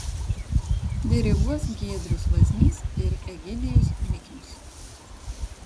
diriguos giedrius vaznys ir egidijus miknius